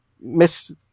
Miss